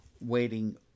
waiting